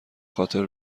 خاطر